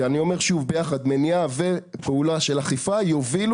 ואני אומר שוב מניעה ופעולה של אכיפה יחד יובילו